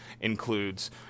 includes